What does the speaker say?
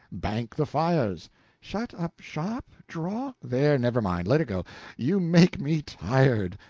bank the fires shut up shop, draw there, never mind, let it go you make me tired.